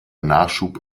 nachschub